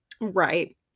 Right